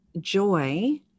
joy